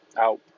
out